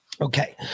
Okay